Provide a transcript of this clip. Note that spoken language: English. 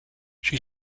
she